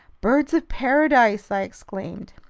birds of paradise! i exclaimed.